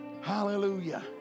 hallelujah